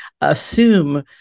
assume